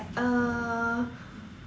uh